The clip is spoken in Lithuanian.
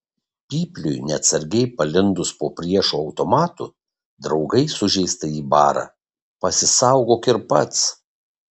pypliui neatsargiai palindus po priešo automatu draugai sužeistąjį bara pasisaugok ir pats